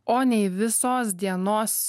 o ne į visos dienos